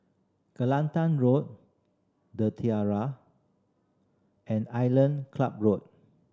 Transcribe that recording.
Kelantan Road The Tiara and Island Club Road